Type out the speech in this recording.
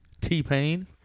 T-Pain